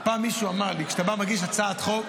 פעם מישהו אמר לי: כשאתה בא ומגיש הצעת חוק